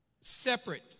Separate